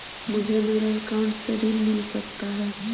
मुझे मेरे अकाउंट से ऋण मिल सकता है?